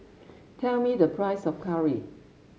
tell me the price of curry